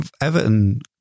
Everton